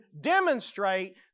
demonstrate